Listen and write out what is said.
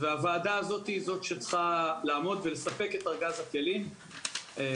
הוועדה הזו היא זו שצריכה לספק את ארגז הכלים למערכת,